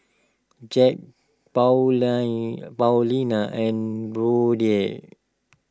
Jax Pauline Paulina and Brodie